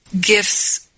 gifts